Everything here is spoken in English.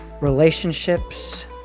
relationships